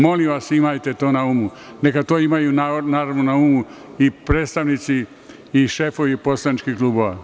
Molim vas, imajte to na umu, neka to imaju na umu i predstavnici i šefovi poslaničkih klubova.